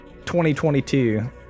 2022